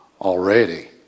already